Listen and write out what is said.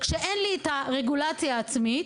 כשאין לי את הרגולציה העצמית,